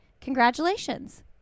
Congratulations